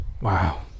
Wow